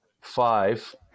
five